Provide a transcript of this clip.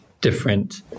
different